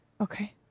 Okay